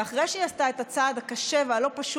ואחרי שהיא עשתה את הצעד הקשה והלא-פשוט